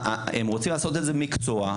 הם רוצים לעשות את זה מקצוע,